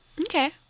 Okay